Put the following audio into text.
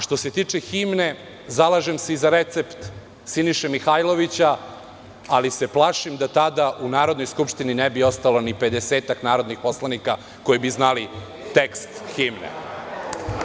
Što se tiče himne, zalažem se za recept Siniše Mihajlovića, ali se plašim da tada u Narodnoj skupštini ne bi ostalo ni 50-ak narodnih poslanika koji bi znali tekst himne.